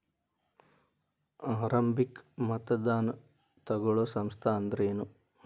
ಆರಂಭಿಕ್ ಮತದಾನಾ ತಗೋಳೋ ಸಂಸ್ಥಾ ಅಂದ್ರೇನು?